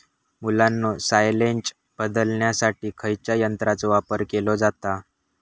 मुलांनो सायलेज बदलण्यासाठी खयच्या यंत्राचो वापर केलो जाता?